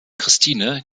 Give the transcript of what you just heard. christine